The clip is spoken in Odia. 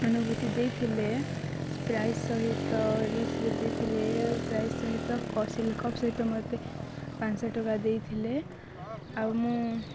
ଅନୁଭୂତି ଦେଇଥିଲେ ପ୍ରାଇସ୍ ସହିତ ରେସ୍ର ଦେଇଥିଲେ ପ୍ରାଇସ୍ ସହିତ କପ୍ ସହିତ ମୋତେ ପାଞ୍ଚ ଶହ ଟଙ୍କା ଦେଇଥିଲେ ଆଉ ମୁଁ